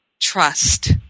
trust